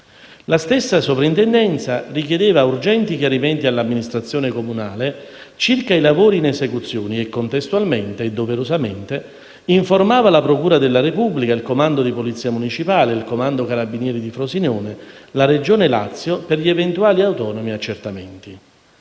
La stessa Soprintendenza richiedeva urgenti chiarimenti all'amministrazione comunale circa i lavori in esecuzione e contestualmente informava doverosamente la procura della Repubblica, il comando di polizia municipale, il comando carabinieri di Frosinone e la Regione Lazio per gli eventuali e autonomi accertamenti.